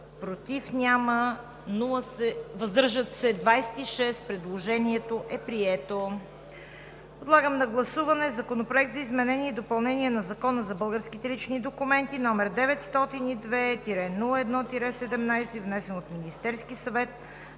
против няма, въздържали се 26. Предложението е прието. Подлагам на гласуване Законопроект за изменение и допълнение на Закона за българските лични документи, № 902 01 17, внесен от Министерския съвет